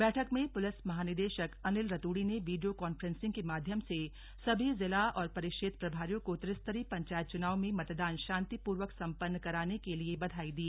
बैठक में पुलिस महानिदेशक अनिल रतूड़ी ने वीडियो कान्फ्रेसिंग के माध्यम से सभी जिला और परिक्षेत्र प्रभारियों को त्रिस्तरीय पंचायत चुनाव में मतदान शान्ति पूर्वक सम्पन्न कराने के लिए बधाई दी